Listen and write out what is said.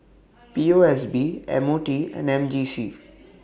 P O S B M O T and M J C